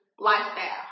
Lifestyle